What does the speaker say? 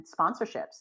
sponsorships